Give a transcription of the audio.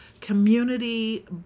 Community